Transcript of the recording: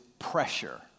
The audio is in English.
pressure